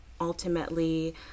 ultimately